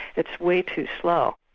it's way too slow.